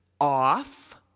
off